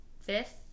fifth